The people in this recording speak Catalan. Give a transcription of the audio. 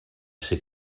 ser